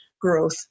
growth